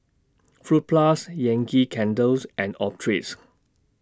Fruit Plus Yankee Candles and Optrex